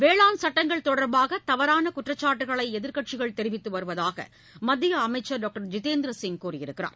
வேளாண் சட்டங்கள் தொடர்பாகதவறானகுற்றச்சாட்டுகளைஎதிர்க்கட்சிகள் தெரிவித்துவருவதாகமத்தியஅமைச்சர் டாக்டர் ஜிதேந்திரசிங் கூறியுள்ளார்